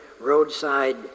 roadside